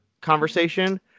conversation